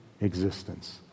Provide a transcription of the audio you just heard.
existence